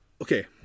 Okay